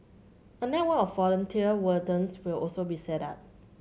a network of volunteer wardens will also be set up